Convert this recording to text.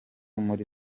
muri